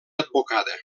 advocada